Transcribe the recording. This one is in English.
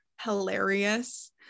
hilarious